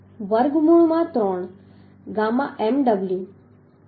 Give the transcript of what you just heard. વર્ગમૂળ માં 3 gamma mw 1